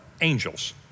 angels